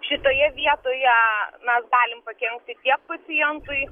šitoje vietoje mes galim pakelti tiek pacientui